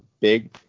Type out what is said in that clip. big